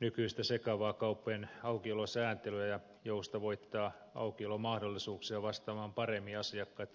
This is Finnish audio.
nykyistä sekavaa kauppojen aukiolosääntelyä ja joustavoittaa aukiolomahdollisuuksia vastaamaan paremmin asiakkaitten tarpeeseen